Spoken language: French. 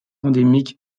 endémique